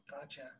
Gotcha